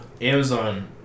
Amazon